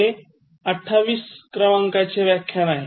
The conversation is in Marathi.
हे २८ वे व्याख्यान आहे